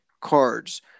cards